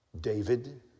David